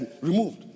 removed